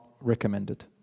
recommended